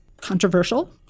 controversial